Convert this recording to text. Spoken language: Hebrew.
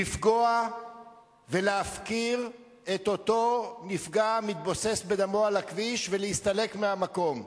לפגוע ולהפקיר את אותו נפגע מתבוסס בדמו על הכביש ולהסתלק מהמקום.